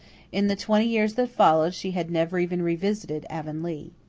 in the twenty years that followed she had never even revisited avonlea.